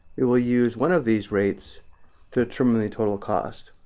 we will use one of these rates to determine the total cost.